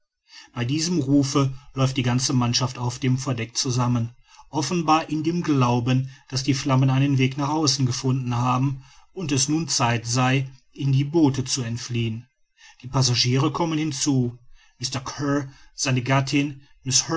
bei diesem rufe läuft die ganze mannschaft auf dem verdeck zusammen offenbar in dem glauben daß die flammen einen weg nach außen gefunden haben und es nun zeit sei in die boote zu entfliehen die passagiere kommen hinzu mr kear seine gattin